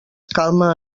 calma